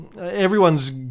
Everyone's